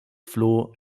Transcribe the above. floh